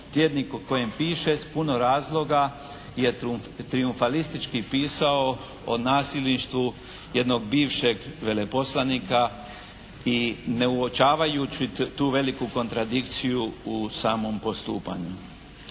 tjednik u kojem piše s puno razloga je trijumfalistički pisao o nasilništvu jednog bivšeg veleposlanika i ne uočavajući tu veliku kontradikciju u samom postupanju.